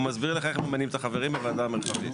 והוא מסביר לך איך ממנים את החברים בוועדה המרחבית,